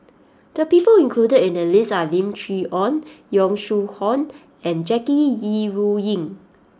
the people included in the list are Lim Chee Onn Yong Shu Hoong and Jackie Yi Ru Ying